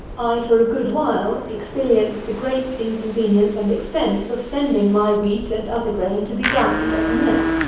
i for a good while experienced the great inconvenience and expense of sending my wheat and other grain to be ground at a mill.